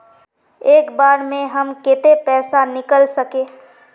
एक बार में हम केते पैसा निकल सके?